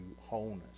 wholeness